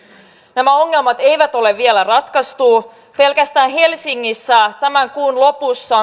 nämä ongelmat eivät ole vielä ratkaistut pelkästään helsingissä on menossa tämän kuun lopussa